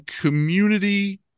community